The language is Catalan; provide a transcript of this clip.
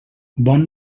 bon